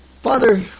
Father